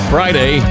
Friday